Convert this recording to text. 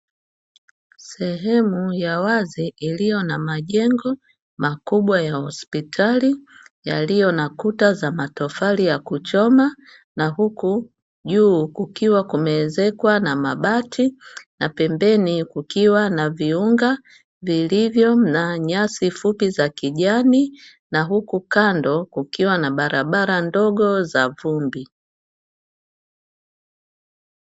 Sehemu ya wazi iliyo na majengo makubwa ya hospitali yaliyo na kuta za matofari ya kuchoma na huku juu, kukiwa kumeezekwa na mabati na pembeni kukiwa na viunga vilivyo na nyasi fupi za kijani na huku kando kukiwa na barabara ndogo za vumbi.